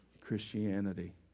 Christianity